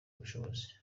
ubushobozi